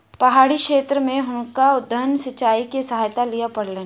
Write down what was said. पहाड़ी क्षेत्र में हुनका उद्वहन सिचाई के सहायता लिअ पड़लैन